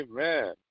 Amen